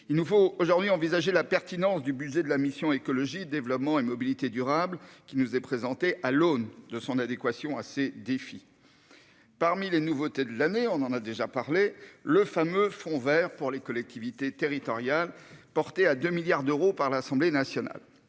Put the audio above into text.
Il nous faut donc envisager la pertinence du budget de la mission « Écologie développement et mobilité durables » à l'aune de son adéquation à ces défis. Parmi les nouveautés de l'année figure le fameux fond vert pour les collectivités territoriales, porté à 2 milliards d'euros par l'Assemblée nationale.